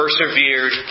persevered